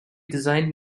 designed